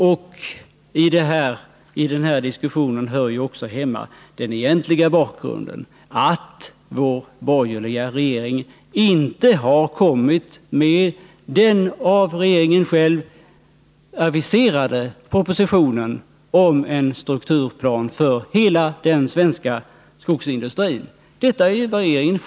Den egentliga bakgrunden till den här diskussionen är ju att vår borgerliga regering inte har lagt fram den av regeringen själv aviserade propositionen om en strukturplan för hela den svenska skogsindustrin.